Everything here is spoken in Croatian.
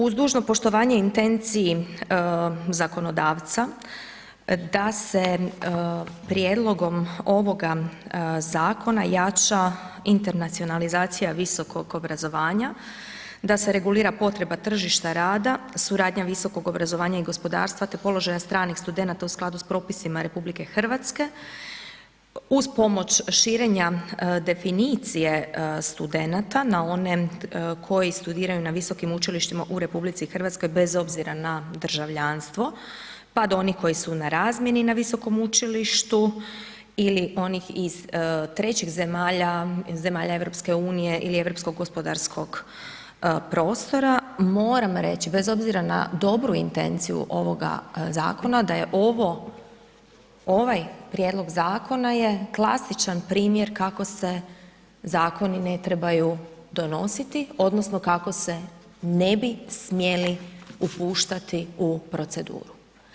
Uz dužno poštovanje intenciji zakonodavca da se prijedlogom ovoga zakona jača internacionalizacija visokog obrazovanja, da se regulira potreba tržišta rada, suradnja visokog obrazovanja i gospodarstva te položaja stranih studenata u skladu s propisima RH uz pomoć širenja definicije studenata na one koji studiraju na visokim učilištima u RH bez obzira na državljanstvo pa do onih koji su na razmjeni na visokom učilištu ili onih iz trećih zemalja iz zemalja EU ili europskog gospodarskog prostora, moram reći bez obzira na dobru intenciju ovoga zakona da je ovaj prijedlog zakona klasičan primjer kako se zakoni ne trebaju donositi odnosno kako se ne bi smjeli upuštati u proceduru.